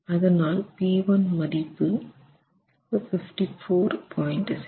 அதனால் P1 மதிப்பு 54